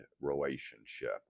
relationship